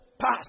pass